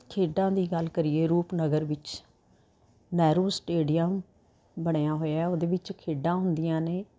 ਖੇਡਾਂ ਦੀ ਗੱਲ ਕਰੀਏ ਰੂਪਨਗਰ ਵਿੱਚ ਨਹਿਰੂ ਸਟੇਡੀਅਮ ਬਣਿਆ ਹੋਇਆ ਉਹਦੇ ਵਿੱਚ ਖੇਡਾਂ ਹੁੰਦੀਆਂ ਨੇ